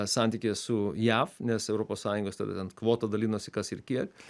santykyje su jav nes europos sąjungos tada ten kvota dalinosi kas ir kiek